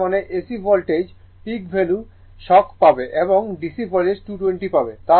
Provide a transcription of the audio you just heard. তার মানে AC ভোল্টেজে পিক ভ্যালু শক পাবে এবং DC ভোল্টেজ 220 পাবে